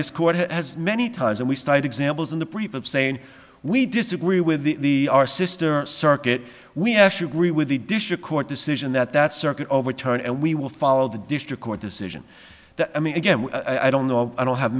this court has many times and we cite examples in the brief of saying we disagree with the our sister circuit we actually agree with the district court decision that that circuit overturn and we will follow the district court decision i mean again i don't know i don't have